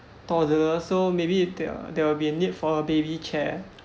toddler so maybe there there will be a need for a baby chair